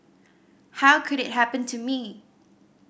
how could it happen to me